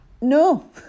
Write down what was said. no